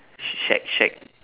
sh~ shack shack